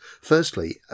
Firstly